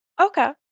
Okay